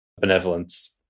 benevolence